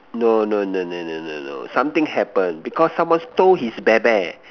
no no no no no no something happen because someone stole his bear bear